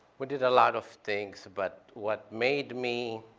we did a lot of things, but what made me